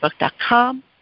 Facebook.com